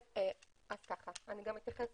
אני אתייחס